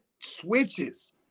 switches